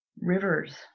rivers